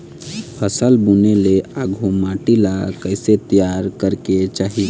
फसल बुने ले आघु माटी ला कइसे तियार करेक चाही?